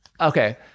Okay